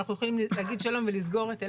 אנחנו יכולים להגיד שלום ולסגור את אילת.